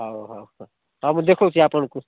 ହେଉ ହେଉ ହେଉ ହେଉ ମୁଁ ଦେଖାଉଛି ଆପଣଙ୍କୁ